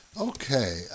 Okay